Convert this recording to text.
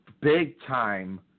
big-time